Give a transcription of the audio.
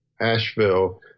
Asheville